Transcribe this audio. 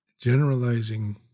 Generalizing